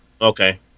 okay